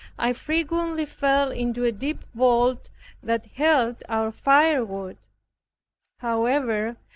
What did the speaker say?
i frequently fell into a deep vault that held our firewood however,